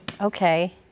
Okay